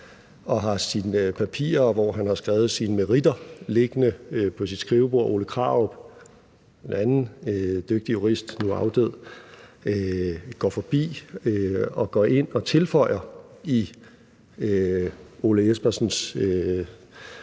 og har sine papirer, hvor han har skrevet sine meritter, liggende på sit skrivebord. Ole Krarup, en anden dygtig jurist, nu afdød, går forbi og går ind og tilføjer sådan en